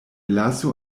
lasu